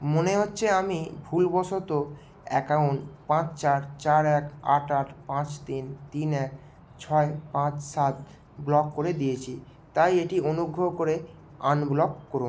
মনে হচ্ছে আমি ভুলবশত অ্যাকাউন্ট পাঁচ চার চার এক আট আট পাঁচ তিন তিন এক ছয় পাঁচ সাত ব্লক করে দিয়েছি তাই এটি অনুগ্রহ করে আনব্লক করুন